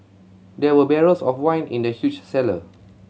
there were barrels of wine in the huge cellar